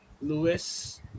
Lewis